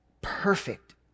perfect